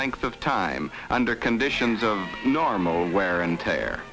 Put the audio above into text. length of time under conditions of normal wear and tear